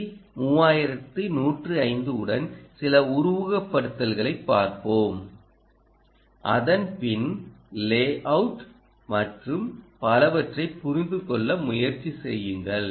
C 3105 உடன் சில உருவகப்படுத்துதல்களைப் பார்ப்போம் அதன் பின் லேயவுட் மற்றும் பலவற்றை புரிந்துகொள்ள முயற்சி செய்யுங்கள்